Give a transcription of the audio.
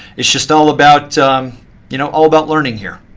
it's just all about you know all about learning here.